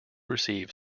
receive